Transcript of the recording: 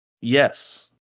Yes